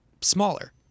smaller